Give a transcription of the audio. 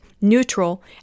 neutral